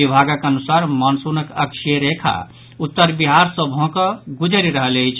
विभागक अनुसार मॉनसूनक अक्षीय रेखा उत्तर बिहार सॅ भऽकऽ गुजरि रहल अछि